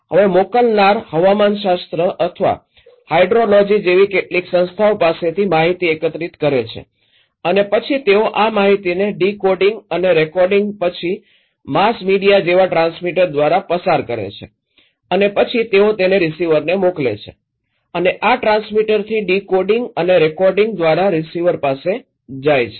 હવે મોકલનાર હવામાનશાસ્ત્ર અથવા હાઇડ્રોલોજી જેવી કેટલીક સંસ્થાઓ પાસેથી માહિતી એકત્રિત કરે છે અને પછી તેઓ આ માહિતીને ડીકોડિંગ અને રિકોડિંગ પછી માસ મીડિયા જેવા ટ્રાન્સમિટર દ્વારા પસાર કરે છે અને પછી તેઓ તેને રીસીવરને મોકલે છે અને આ ટ્રાંસ્મીટરથી ડીકોડિંગ અને રિકોડિંગ દ્વારા રીસીવર પાસે જાય છે